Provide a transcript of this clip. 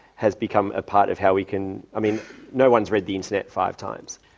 has become a part of how we can i mean no-one's read the internet five times.